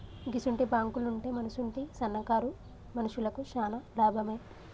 గిసుంటి బాంకులుంటే మనసుంటి సన్నకారు మనుషులకు శాన లాభమే